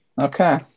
Okay